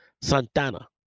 Santana